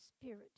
Spirit